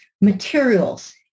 materials